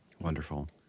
Wonderful